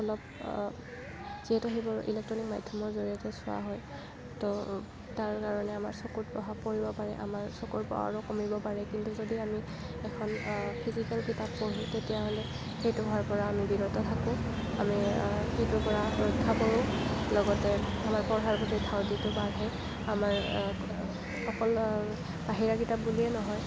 অলপ যিহেতু সেইবোৰ ইলেক্ট্ৰনিক মাধ্য়মৰ জৰিয়তে চোৱা হয় ত' তাৰ কাৰণে আমাৰ চকুত প্ৰভাৱ পৰিব পাৰে আমাৰ চকুৰ পাৱাৰো কমিব পাৰে কিন্তু যদি আমি এখন ফিজিকেল কিতাপ পঢ়ো তেতিয়া হলে সেইটো হোৱাৰ পৰা আমি বিৰত থাকোঁ আৰু সেইটোৰ পৰা ৰক্ষা পৰোঁ লগতে আমাৰ পঢ়াৰ প্ৰতি ধাউতিও বাঢ়ে আমাৰ অকল বাহিৰা কিতাপ বুলিয়েই নহয়